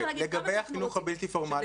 לגבי החינוך הבלתי-פורמלי?